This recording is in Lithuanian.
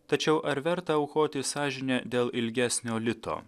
tačiau ar verta aukoti sąžinę dėl ilgesnio lito